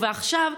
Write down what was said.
עכשיו,